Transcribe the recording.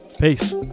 peace